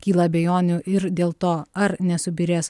kyla abejonių ir dėl to ar nesubyrės